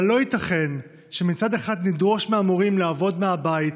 אבל לא ייתכן שמצד אחד נדרוש מהמורים לעבוד מהבית,